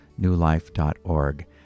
newlife.org